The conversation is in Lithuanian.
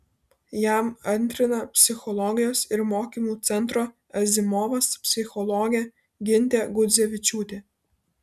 jam antrina psichologijos ir mokymų centro azimovas psichologė gintė gudzevičiūtė